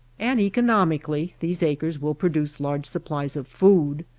and economically these acres will produce large supplies of food.